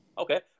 Okay